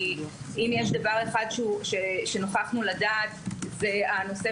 כי אם יש דבר אחד שנוכחנו לדעת זה הנושא